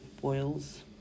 boils